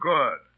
Good